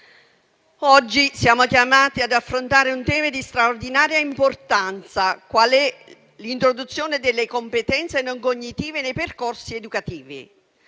Oggi siamo chiamati ad affrontare un tema di straordinaria importanza qual è l'introduzione delle competenze non cognitive nei percorsi educativi.